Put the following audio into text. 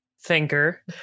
thinker